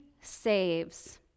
saves